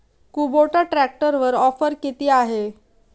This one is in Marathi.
कुबोटा ट्रॅक्टरवर ऑफर किती आहे?